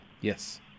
Yes